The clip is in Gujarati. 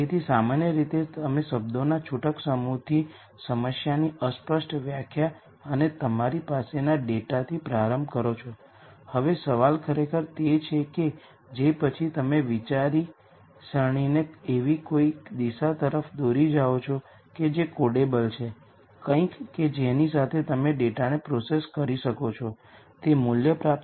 તેથી આ સામાન્ય રીતે સાચું છે જો કે જો મેટ્રિક્સ સિમેટ્રિક છે અને સિમેટ્રિક મેટ્રિક્સ એ A Aᵀ સ્વરૂપના છે તો પછી આ મેટ્રિક્સ માટે કેટલીક સરસ ગુણધર્મો છે જે ડેટા સાયન્સમાં આપણા માટે ખૂબ ઉપયોગી છે